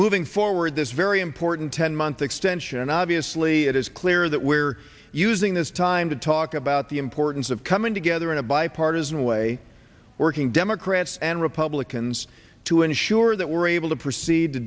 moving forward this very important ten month extension and obviously it is clear that we are using this time to talk about the importance of coming together in a bipartisan way working democrats and republicans to ensure that we're able to proceed to